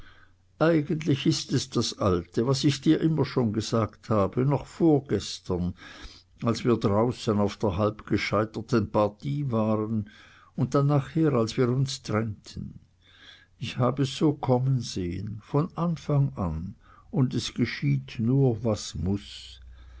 eigentlich ist es das alte was ich dir immer schon gesagt habe noch vorgestern als wir draußen auf der halb gescheiterten partie waren und dann nachher als wir uns trennten ich hab es so kommen sehn von anfang an und es geschieht nur was muß